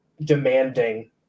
demanding